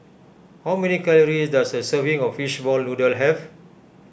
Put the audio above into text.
how many calories does a serving of Fishball Noodle have